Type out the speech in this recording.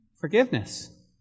Forgiveness